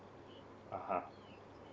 (uh huh)